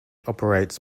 operates